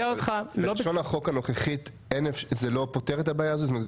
לשון החוק הנוכחית לא פותרת את הבעיה הזאת?